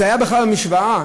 זה היה בכלל במשוואה?